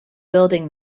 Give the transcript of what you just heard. building